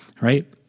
right